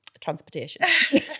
transportation